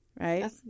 Right